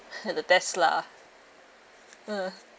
the Tesla mm